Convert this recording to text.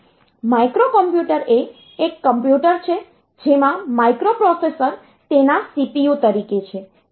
microcomputer એ એક computer છે જેમાં માઇક્રોપ્રોસેસર તેના CPU તરીકે છે